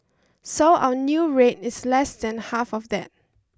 so our new rate is less than half of that